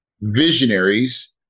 visionaries